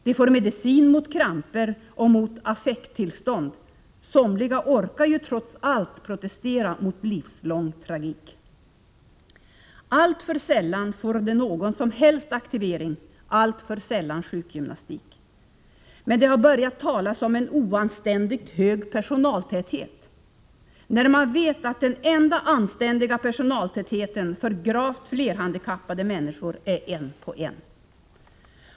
De får medicin mot kramper och mot ”affekttillstånd” . Alltför sällan får de någon som helst aktivering, alltför sällan sjukgymnastik. Men det har börjat talas om en "oanständigt hög personaltäthet”. När man vet att den enda anständiga personaltätheten för gravt flerhandikappade människor är 1:1.